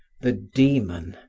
the demon,